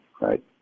right